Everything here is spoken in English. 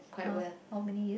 !huh! how many years